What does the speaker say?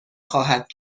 خواهد